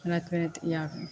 राति राति ई आदमी